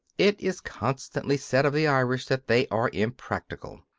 it is constantly said of the irish that they are impractical.